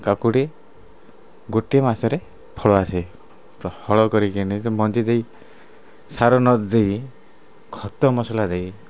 କାକୁଡ଼ି ଗୋଟିଏ ମାସରେ ଫଳ ଆସେ ପ୍ର ହଳ କରିକିନି ମଞ୍ଜି ଦେଇ ସାର ନଦେଇ ଖତ ମସଲା ଦେଇ